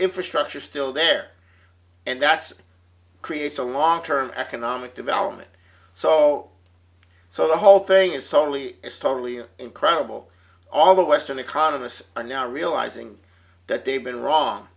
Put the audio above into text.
infrastructure still there and that's creates a long term economic development so so the whole thing is totally it's totally incredible all the western economists are now realizing that they've been wrong